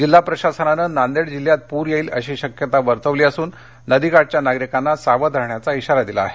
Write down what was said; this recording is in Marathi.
जिल्हा प्रशासनाने नांदेड जिल्ह्यात पुर येईल अशी शक्यता वर्तवली असून नदीकाठच्या नागरीकांना सावध राहण्याचा जारा दिला आहे